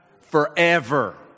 Forever